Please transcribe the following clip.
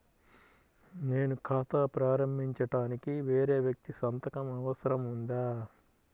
నేను ఖాతా ప్రారంభించటానికి వేరే వ్యక్తి సంతకం అవసరం ఉందా?